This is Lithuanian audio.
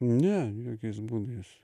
ne jokiais būdais